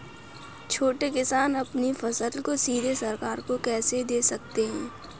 छोटे किसान अपनी फसल को सीधे सरकार को कैसे दे सकते हैं?